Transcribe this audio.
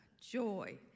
joy